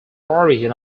origin